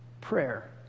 prayer